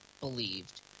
believed